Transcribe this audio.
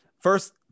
first